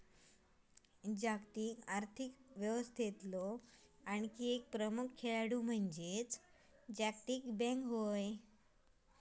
जागतिक आर्थिक व्यवस्थेतलो आणखी एक प्रमुख खेळाडू म्हणजे जागतिक बँक होय